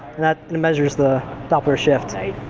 that measures the doppler shift.